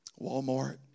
Walmart